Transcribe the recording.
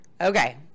Okay